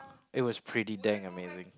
it was pretty dang amazing